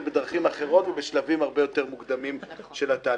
בדרכים אחרות ובשלבים הרבה יותר מוקדמים של התהליך.